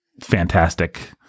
fantastic